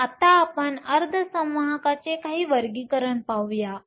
तर आता आपण अर्धसंवाहकाचे काही वर्गीकरण पाहू